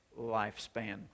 lifespan